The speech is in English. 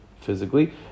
physically